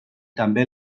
també